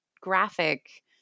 graphic